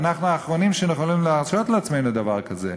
אנחנו האחרונים שיכולים להרשות לעצמנו דבר כזה.